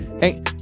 hey